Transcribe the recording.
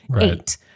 eight